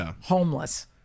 homeless